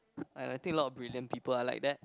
and I think a lot of brilliant people are like that